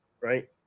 right